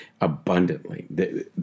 Abundantly